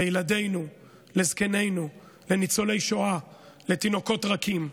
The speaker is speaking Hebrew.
לילדינו, לזקנינו, לניצולי שואה, לתינוקות רכים.